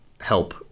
help